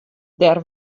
dêr